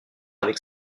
avec